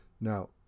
now